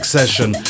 session